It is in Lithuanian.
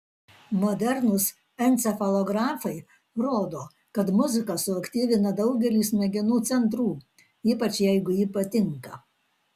modernūs encefalografai rodo kad muzika suaktyvina daugelį smegenų centrų ypač jeigu ji patinka